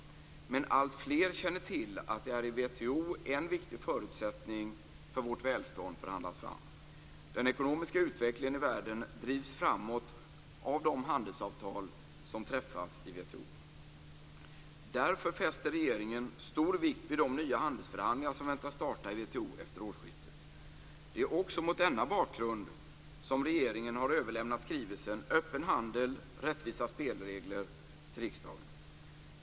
Men alltfler känner till att det är i WTO en viktig förutsättning för vårt välstånd förhandlas fram. Den ekonomiska utvecklingen i världen drivs framåt av de handelsavtal som träffas i WTO. Därför fäster regeringen stor vikt vid de nya handelsförhandlingar som väntas starta i WTO efter årsskiftet. Det är också mot denna bakgrund som regeringen har överlämnat skrivelsen Öppen handel - rättvisa spelregler till riksdagen.